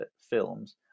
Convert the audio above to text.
Films